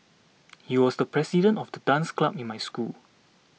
he was the president of the dance club in my school